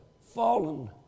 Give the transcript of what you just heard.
fallen